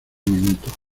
minuto